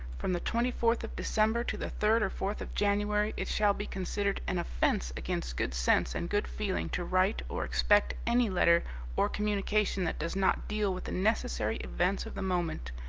from the twenty-fourth of december to the third or fourth of january it shall be considered an offence against good sense and good feeling to write or expect any letter or communication that does not deal with the necessary events of the moment.